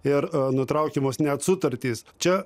ir nutraukiamos net sutartys čia